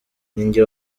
njye